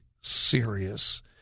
serious